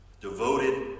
devoted